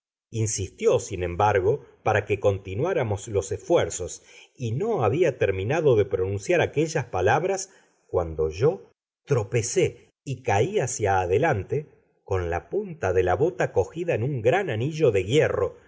insistió sin embargo para que continuáramos los esfuerzos y no había terminado de pronunciar aquellas palabras cuando yo tropecé y caí hacia adelante con la punta de la bota cogida en un gran anillo de hierro